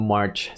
March